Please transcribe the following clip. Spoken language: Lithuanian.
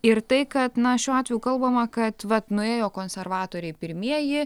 ir tai kad na šiuo atveju kalbama kad vat nuėjo konservatoriai pirmieji